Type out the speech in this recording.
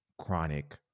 chronic